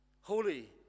Holy